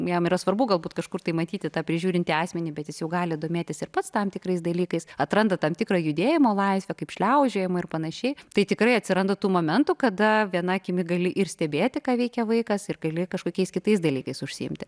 jam yra svarbu galbūt kažkur tai matyti tą prižiūrintį asmenį bet jis jau gali domėtis ir pats tam tikrais dalykais atranda tam tikrą judėjimo laisvę kaip šliaužiojimą ir panašiai tai tikrai atsiranda tų momentų kada viena akimi gali ir stebėti ką veikia vaikas ir gali kažkokiais kitais dalykais užsiimti